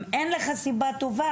אם אין לך סיבה טובה,